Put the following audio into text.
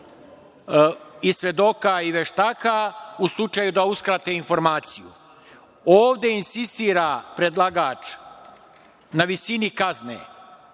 svedoka i veštaka u slučaju da uskrate informaciju. Ovde insistira predlagač na visini kazne,